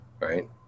right